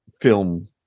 film